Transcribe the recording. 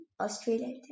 Australia